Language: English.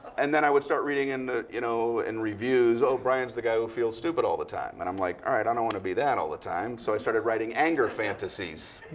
and then, i would start reading in reviews, you know and reviews, oh, brian's the guy who feels stupid all the time. and i'm like, all right, i don't want to be that all the time. so i started writing anger fantasies.